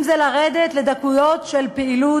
אם לרדת לדקויות של פעילות,